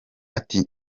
ati